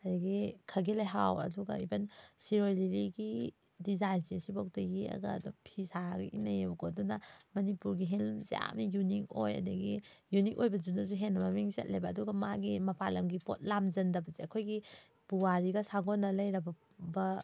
ꯑꯗꯒꯤ ꯈꯥꯒꯤ ꯂꯩꯍꯥꯎ ꯑꯗꯨꯒ ꯏꯚꯟ ꯁꯤꯔꯣꯏ ꯂꯤꯂꯤꯒꯤ ꯗꯤꯖꯥꯏꯟꯁꯦ ꯁꯤꯕꯨꯛꯇ ꯌꯦꯛꯑꯒ ꯑꯗꯨꯝ ꯐꯤ ꯁꯥꯔꯒ ꯏꯟꯅꯩꯌꯦꯕꯀꯣ ꯑꯗꯨꯅ ꯃꯅꯤꯄꯨꯔꯒꯤ ꯍꯦꯟꯂꯨꯝꯁꯦ ꯌꯥꯝꯅ ꯌꯨꯅꯤꯛ ꯑꯣꯏ ꯑꯗꯒꯤ ꯌꯨꯅꯤꯛ ꯑꯣꯏꯕꯗꯨꯅꯁꯨ ꯍꯦꯟꯅ ꯃꯃꯤꯡ ꯆꯠꯂꯦꯕ ꯑꯗꯨꯒ ꯃꯥꯒꯤ ꯃꯄꯥꯜ ꯂꯝꯒꯤ ꯄꯣꯠ ꯂꯥꯝꯖꯟꯗꯕꯁꯦ ꯑꯩꯈꯣꯏꯒꯤ ꯄꯨꯋꯥꯔꯤꯒ ꯁꯥꯒꯣꯟꯅ ꯂꯩꯔꯕ